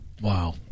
Wow